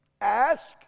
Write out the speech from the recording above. Ask